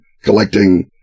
collecting